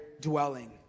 dwelling